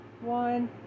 one